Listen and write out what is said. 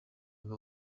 ngo